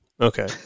Okay